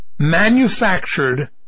manufactured